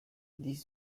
dix